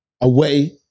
away